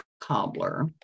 cobbler